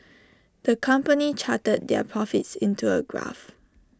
the company charted their profits into A graph